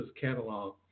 catalog